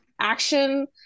action